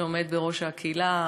שעומד בראש הקהילה.